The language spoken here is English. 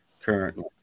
currently